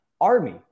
army